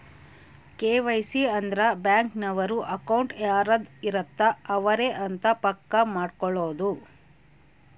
KYC ಅಂದ್ರ bank ನವರು account ಯಾರದ್ ಇರತ್ತ ಅವರೆ ಅಂತ ಪಕ್ಕ ಮಾಡ್ಕೊಳೋದು